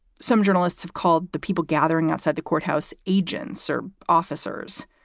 some journalists have called the people gathering outside the courthouse, agents or officers.